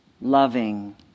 loving